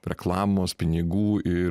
reklamos pinigų ir